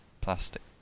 plastic